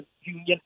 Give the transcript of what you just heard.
union